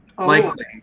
Likely